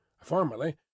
Formerly